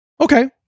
Okay